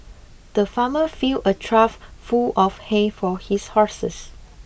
the farmer filled a trough full of hay for his horses